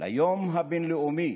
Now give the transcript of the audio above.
ליום הבין-לאומי